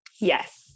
Yes